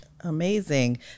amazing